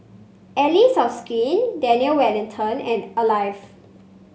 Allies of Skin Daniel Wellington and Alive